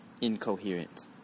incoherent